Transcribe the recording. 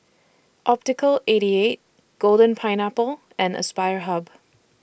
Optical eighty eight Golden Pineapple and Aspire Hub